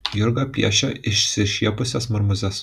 jurga piešia išsišiepusias marmūzes